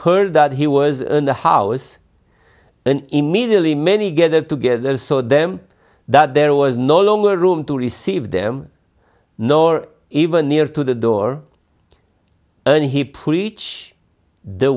heard that he was in the house and immediately many gathered together so them that there was no longer room to receive them nor even near to the door and he preach the